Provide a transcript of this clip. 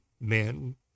men